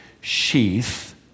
sheath